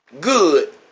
good